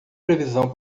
previsão